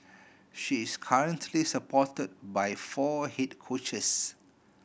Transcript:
she is currently supported by four head coaches